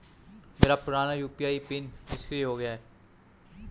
मेरा पुराना UPI PIN निष्क्रिय हो गया है